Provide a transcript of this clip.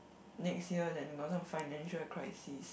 next year then got some financial crisis